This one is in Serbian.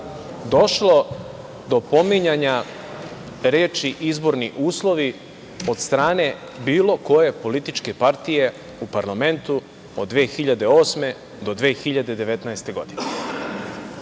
došlo do pominjanja reči „izborni uslovi“ od strane bilo koje političke partije u parlamentu od 2008. do 2019. godine?